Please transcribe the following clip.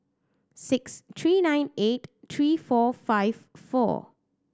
six three nine eight three four five four